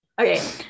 Okay